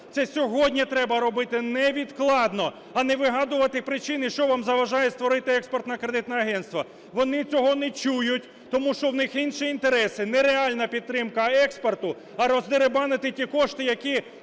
Це сьогодні треба робити невідкладно, а не вигадувати причини, що вам заважає створити Експортно-кредитне агентство. Вони цього не чують, тому що в них інші інтереси. Не реальна підтримка експорту, а роздерибанити ті кошти, які